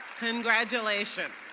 congratulations.